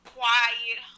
quiet